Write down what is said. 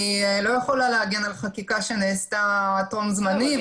אני לא יכולה להגן על חקיקה שנעשתה טרום זמני.